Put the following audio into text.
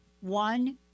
one